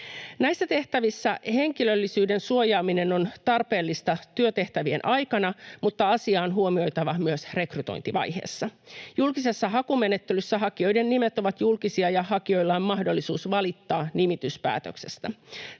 Näissä tehtävissä henkilöllisyyden suojaaminen on tarpeellista työtehtävien aikana, mutta asia on huomioitava myös rekrytointivaiheessa. Julkisessa hakumenettelyssä hakijoiden nimet ovat julkisia ja hakijoilla on mahdollisuus valittaa nimityspäätöksestä.